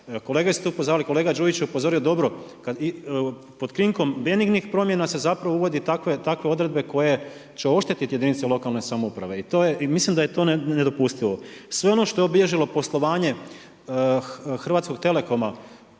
to je ogroman novac. … kolega Đujić je upozorio dobro pod krinkom benignih promjena se zapravo uvode takve odredbe koje će oštetiti jedinice lokalne samouprave i mislim da je to nedopustivo. Sve ono što je obilježilo poslovanje Hrvatskog telekoma